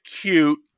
cute